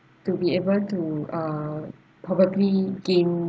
to be able to uh probably gain